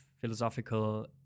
philosophical